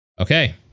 Okay